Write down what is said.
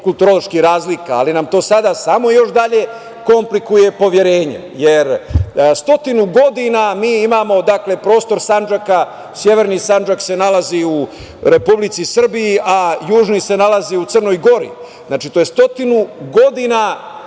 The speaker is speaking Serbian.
kulturoloških razlika. To nam sada još dalje komplikuje poverenje, jer 100 godina mi imamo prostor Sandžaka, severni Sandžak se nalazi u Republici Srbiji, a južni se nalazi u Crnoj Gori, znači to je 100 godina,